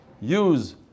use